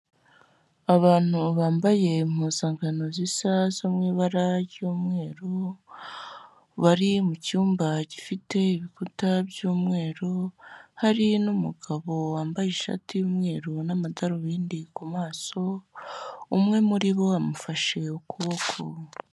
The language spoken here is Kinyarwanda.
Abantu bambaye impuzangano zisa zo mu ibara ry'umweru, bari mu cyumba gifite ibikuta by'umweru, hari n'umugabo wambaye ishati y'umweru n'amadarubindi ku maso, umwe muri bo amufashe ukuboko.